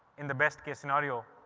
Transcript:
in the best case scenario.